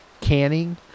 Canning